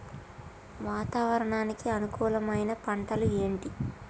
వాతావరణానికి అనుకూలమైన పంటలు ఏంటి?